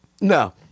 No